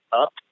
up